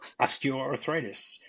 osteoarthritis